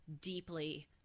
deeply